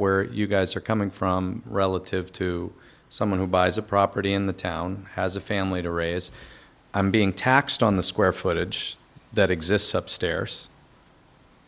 where you guys are coming from relative to someone who buys a property in the town has a family to raise i'm being taxed on the square footage that exists upstairs